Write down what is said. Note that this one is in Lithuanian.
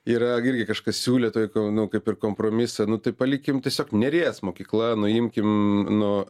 yra gi irgi kažkas siūlę toj nu kaip ir kompromisą nu tai palikim tiesiog neries mokykla nuimkim nu